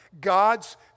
God's